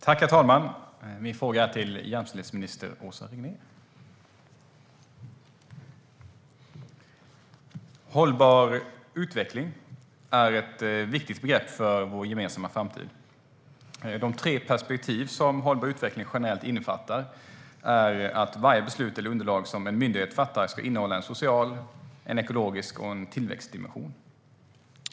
Herr talman! Min fråga går till jämställdhetsminister Åsa Regnér. Hållbar utveckling är ett viktigt begrepp för vår gemensamma framtid. De tre perspektiv som hållbar utveckling generellt innefattar är att varje beslut eller underlag som en myndighet fattar ska innehålla en social dimension, en ekologisk dimension och en tillväxtdimension.